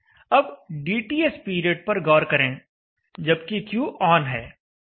अब dTS period पर गौर करें जबकि Q ऑन है